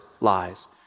lies